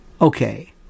Okay